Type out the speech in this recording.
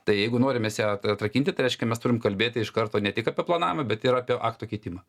tai jeigu norim mes ją atrakinti tai reiškia mes turim kalbėti iš karto ne tik apie planavimą bet ir apie akto keitimą